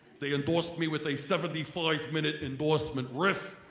they endorsed me with a seventy five minute endorsement riff.